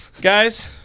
guys